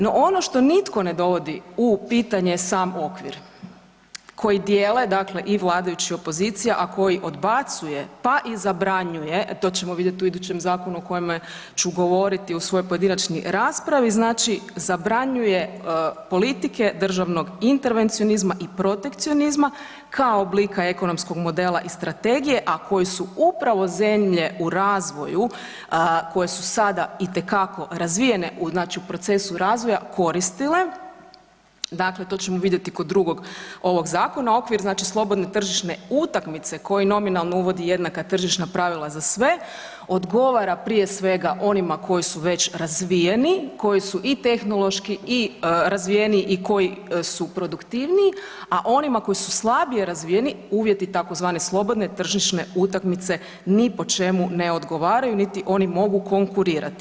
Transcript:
No, ono što nitko ne dovodi u pitanje sam okvir koji dijele dakle i vladajući i opozicija, a koji odbacuje, pa i zabranjuje, to ćemo vidjeti u idućem zakonu o kojemu ću govoriti u svojoj pojedinačnoj raspravi, znači zabranjuje politike državnog intervencionizma i protekcionizma kao oblika ekonomskog modela i strategije, a koji su upravo zemlje u razvoju koje su sada itekako razvijene, znači u procesu razvoja koristile, dakle to ćemo vidjeti kod drugog ovog zakona, okvir, znači slobodne tržišne utakmice koji nominalno uvodi jednaka tržišna pravila za sve, odgovara prije svega onima koji su već razvijeni, koji su i tehnološki i razvijeniji i koji su produktivniji, a onima koji su slabije razvijeni, uvjeti tzv. slobodne tržišne utakmice ni po čemu ne odgovaraju niti oni mogu konkurirati.